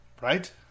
Right